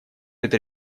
это